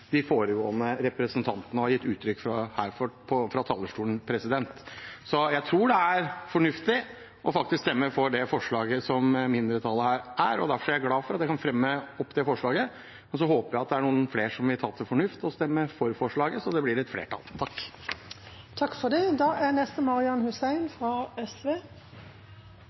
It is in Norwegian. de tre nevnte representantene har gitt uttrykk for her fra talerstolen. Jeg tror det ville være fornuftig å stemme for det forslaget som mindretallet fremmer. Derfor er jeg glad for å kunne ta opp det forslaget, og så håper jeg at det er noen flere som vil ta til fornuft og stemme for forslaget, slik at det blir flertall for det. Representanten Bård Hoksrud har tatt opp de forslagene han refererte til. I Hurdalsplattformen står det: